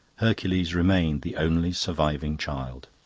hercules remained the only surviving child.